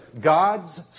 God's